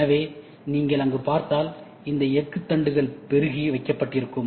எனவே நீங்கள் அங்கு பார்த்தால் இந்த எஃகு தண்டுகள் பெருகி வைக்கப்பட்டிருக்கும்